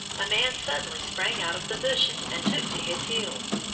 a man suddenly sprang out of the bushes and took to his heels.